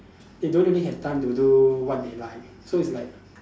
they don't really have time to do what they like so it's like